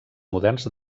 moderns